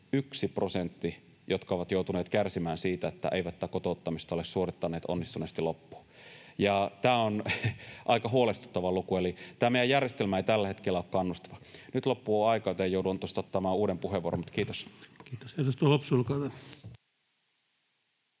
yksi prosentti, joka on joutunut kärsimään siitä, että ei tätä kotouttamista ole suorittanut onnistuneesti loppuun, ja tämä on aika huolestuttava luku. Eli tämä meidän järjestelmä ei tällä hetkellä ole kannustava. — Nyt loppuu aika, joten joudun ottamaan uuden puheenvuoron, mutta kiitos.